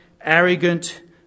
arrogant